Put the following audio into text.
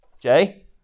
Jay